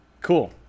Cool